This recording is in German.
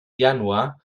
januar